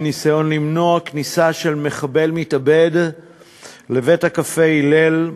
בניסיון למנוע כניסה של מחבל מתאבד לבית-הקפה "הלל".